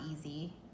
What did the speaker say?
easy